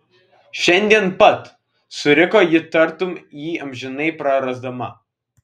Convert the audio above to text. šiandien pat suriko ji tartum jį amžinai prarasdama